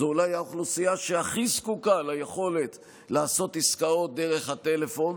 זו אולי האוכלוסייה שהכי זקוקה ליכולת לעשות עסקאות דרך הטלפון,